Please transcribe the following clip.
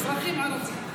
אזרחים ערבים.